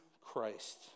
Christ